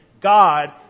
God